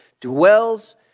dwells